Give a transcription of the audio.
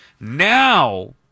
Now